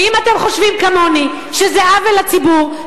ואם אתם חושבים כמוני שזה עוול לציבור,